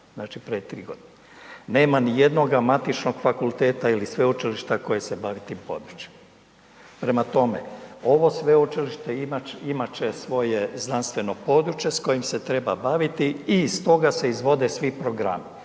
znači prije 3 godine. Nema ni jednoga matičnog fakulteta ili sveučilišta koje se bavi tim područjem. Prema tome, ovo sveučilište imat će svoje znanstveno područje s kojim se treba baviti i iz toga se izvode svi programi.